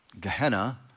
Gehenna